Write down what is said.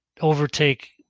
overtake